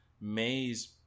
May's